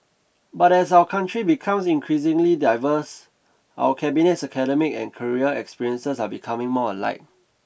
but as our country becomes increasingly diverse our cabinet's academic and career experiences are becoming more alike